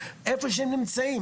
איפה שהם נמצאים.